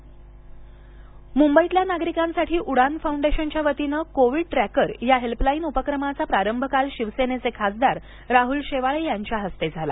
Mumbai covid tracker helpline मुंबईतल्या नागरिकांसाठी उडान फाऊंडेशनच्या वतीनं कोविड ट्रॅकर या हेल्पलाईनचा उपक्रमाचा प्रारंभ काल शिवसेनेचे खासदार राहुल शेवाळे यांच्या हस्ते झाला